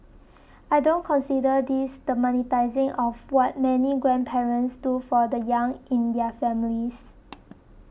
I don't consider this the monetising of what many grandparents do for the young in their families